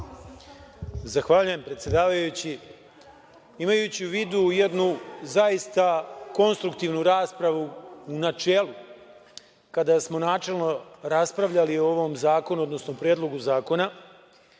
Zahvaljujem predsedavajući. Imajući u vidu jednu zaista konstruktivnu raspravu, u načelu, kada smo načelno raspravljali o ovom zakonu, odnosno predlogu zakona